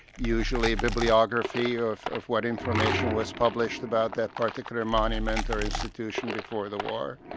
usually a bibliography of of what information was published about that particular monument or institution before the war,